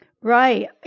Right